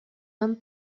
homme